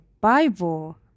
Bible